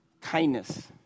kindness